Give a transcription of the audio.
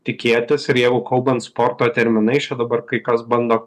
tikėtis ir jeigu kalbant sporto terminais čia dabar kai kas bando